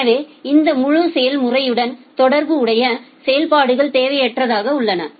எனவே இந்த முழு செயல்முறையுடனும் தொடர்புடைய செயல்பாடுகள் தேவையற்றதாக உள்ளன